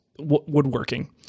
woodworking